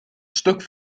stuk